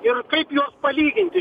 ir kaip jos palyginti